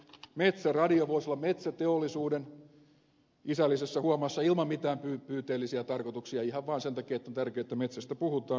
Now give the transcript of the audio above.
metsäradio voisi olla metsäteollisuuden isällisessä huomassa ilman mitään pyyteellisiä tarkoituksia ihan vaan sen takia että on tärkeätä että metsästä puhutaan